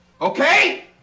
Okay